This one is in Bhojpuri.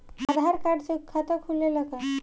आधार कार्ड से खाता खुले ला का?